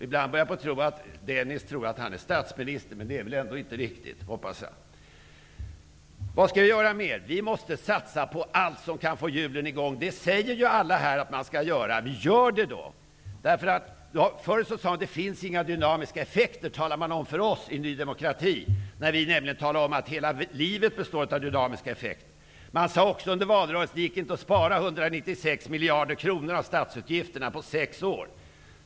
Ibland undrar jag om Dennis tror att han är statsminister, men det är väl ändå inte riktigt, hoppas jag. Vi måste satsa på allt som kan få i gång hjulen. Alla här säger att de skall göra det. Gör det då! När vi i Ny demokrati talade om att hela livet består av dynamiska effekter, sade man till oss att det inte finns några dynamiska effekter. Under valrörelsen sades det också att det inte gick att spara 196 miljarder kronor av statsutgifterna på sex år.